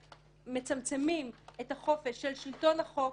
שמצמצמים את החופש של שלטון החוק